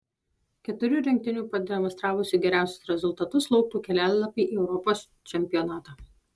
keturių rinktinių pademonstravusių geriausius rezultatus lauktų kelialapiai į europos čempionatą